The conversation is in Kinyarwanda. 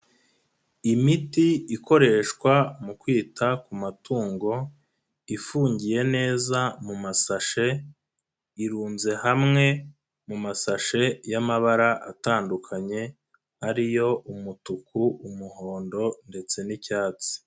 Imiti ikoreshwa mu kwita ku matungo, ifungiye neza mu masashe, irunze hamwe mu masashe y'amabara atandukanye ariyo; umutuku, umuhondo ndetse n'icyatsi.